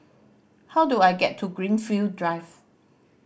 how do I get to Greenfield Drive